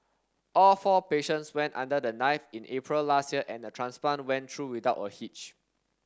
all four patients went under the knife in April last year and the transplant went through without a hitch